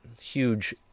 Huge